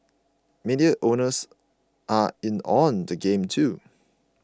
media owners are in on the game too